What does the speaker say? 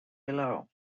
below